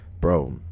bro